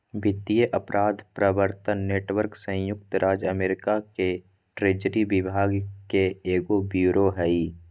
वित्तीय अपराध प्रवर्तन नेटवर्क संयुक्त राज्य अमेरिका के ट्रेजरी विभाग के एगो ब्यूरो हइ